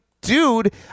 dude